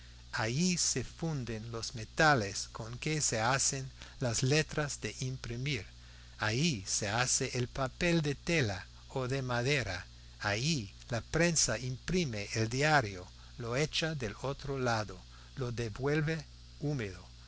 allí se funden los metales con que se hacen las letras de imprimir allí se hace el papel de tela o de madera allí la prensa imprime el diario lo echa del otro lado lo devuelve húmedo